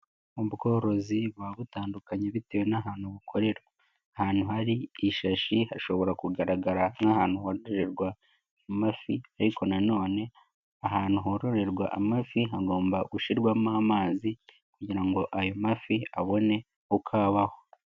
Ubworozi buba butandukanye bitewe n'ahantu bukorerwa, ahantu hari ishashi hashobora kugaragara nk'ahantu hongererwa amafi, ariko na none ahantu hororerwa amafi hagomba gushyirwamo amazi, kugira ngo ayo mafi abone uko abaho.